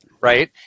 Right